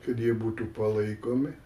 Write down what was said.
kad jie būtų palaikomi